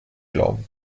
glauben